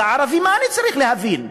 כערבי מה אני צריך להבין?